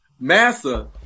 Massa